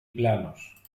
planos